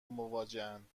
مواجهاند